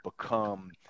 become